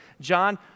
John